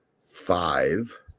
five